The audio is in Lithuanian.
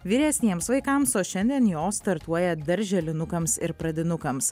vyresniems vaikams o šiandien jos startuoja darželinukams ir pradinukams